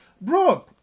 Bro